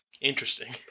Interesting